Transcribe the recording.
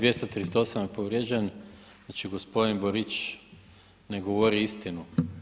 238. je povrijeđen, znači gospodin Borić ne govori istinu.